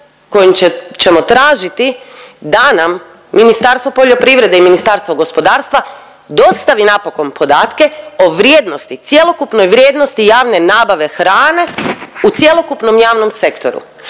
kojim ćemo tražiti da nam Ministarstvo poljoprivrede i Ministarstvo gospodarstva dostavi napokon podatke o vrijednosti cjelokupnoj vrijednosti javne nabave hrane u cjelokupnom javnom sektoru,